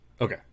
Okay